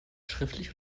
schriftlich